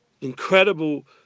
incredible